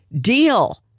deal